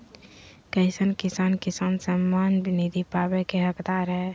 कईसन किसान किसान सम्मान निधि पावे के हकदार हय?